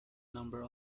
number